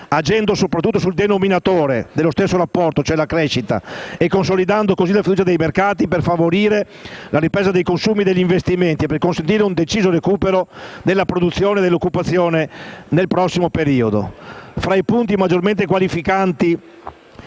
agendo soprattutto sul denominatore dello stesso rapporto, cioè la crescita, e consolidando così la fiducia dei mercati per favorire la ripresa dei consumi e degli investimenti e per consentire un deciso recupero della produzione e dell'occupazione nel prossimo periodo.